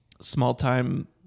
small-time